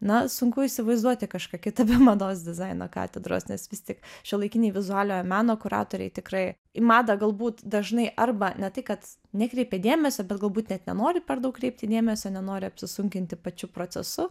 na sunku įsivaizduoti kažką kitą be mados dizaino katedros nes vis tik šiuolaikiniai vizualiojo meno kuratoriai tikrai į madą galbūt dažnai arba ne tai kad nekreipia dėmesio bet galbūt net nenori per daug kreipti dėmesio nenori apsisunkinti pačiu procesu